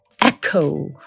echo